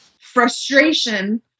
frustration